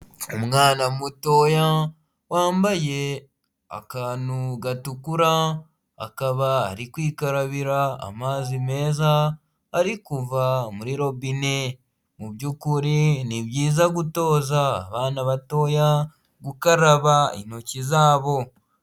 Umwana mutoya wambaye akantu gatukura, akaba ari kwikarabira amazi meza ariko kuva muri robine. Mu byukuri ni byiza gutoza abana batoya gukaraba intoki zabo.